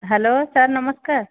hello sir ନମସ୍କାର